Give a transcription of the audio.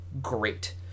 great